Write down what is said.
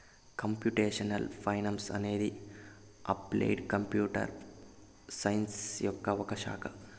computational finance అనేది applied computer science యొక్క ఒక శాఖ